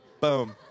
Boom